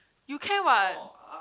you can what